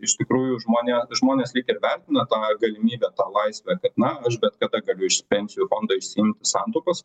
iš tikrųjų žmonė žmonės lyg ir vertina tą galimybę tą laisvę kad na aš bet kada galiu iš pensijų fondo išsiimti santaupas